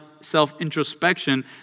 self-introspection